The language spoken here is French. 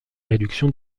réduction